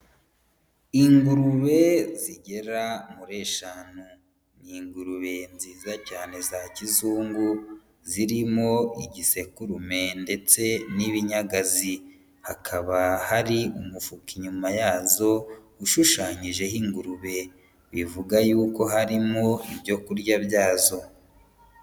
Ingurube zigera muri eshanu, ni ingurube nziza cyane za kizungu zirimo igisekurume ndetse n'ibinyagazi, hakaba hari umufuka inyuma yazo ushushanyijeho ingurube, bivuga yuko harimo ibyo kurya byazo.